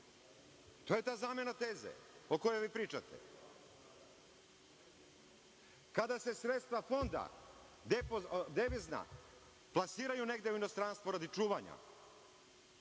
To je ta zamena teze o kojoj vi pričate. Kada se sredstva Fonda devizna plasiraju negde u inostranstvu radi čuvanja,